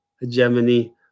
hegemony